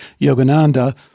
Yogananda